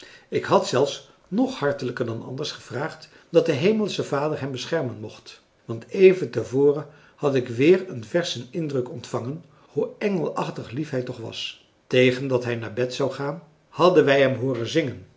ik had zelfs nog hartelijker dan anders gevraagd dat de hemelsche vader hem beschermen mocht want even te voren had ik weer een verschen indruk ontvangen hoe engelachtig lief hij toch was tegen dat hij naar bed françois haverschmidt familie en kennissen zou hadden wij hem hooren zingen